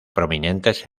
prominentes